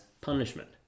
punishment